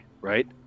right